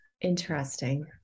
Interesting